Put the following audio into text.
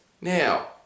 Now